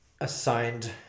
Assigned